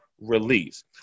release